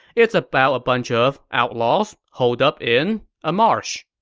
it's about a bunch of outlaws holed up in, a marsh.